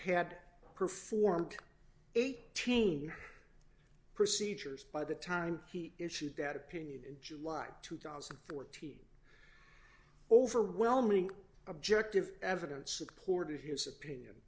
had performed eighteen procedures by the time he issued that opinion in july two thousand and fourteen overwhelming objective evidence supported his opinion